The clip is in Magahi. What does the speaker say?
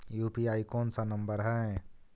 यु.पी.आई कोन सा नम्बर हैं?